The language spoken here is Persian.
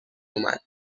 اومد